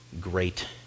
great